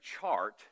chart